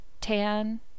tan